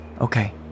Okay